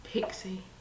Pixie